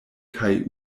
kaj